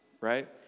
right